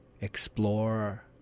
explore